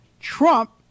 Trump